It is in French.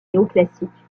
néoclassique